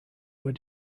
were